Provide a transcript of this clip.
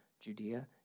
Judea